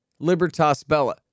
LibertasBella